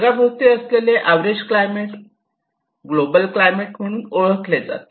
जगा भवती असलेले अवरेज क्लायमेट ग्लोबल क्लायमेट म्हणून ओळखले जाते